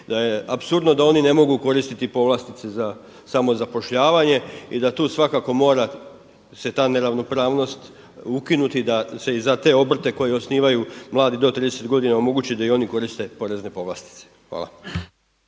da je apsurdno da oni ne mogu koristiti povlastice za samozapošljavanje i da tu svakako mora se ta neravnopravnost ukinuti da se i za te obrte koji osnivaju mladi do 30 godina omogući da i oni koriste porezne povlastice. Hvala.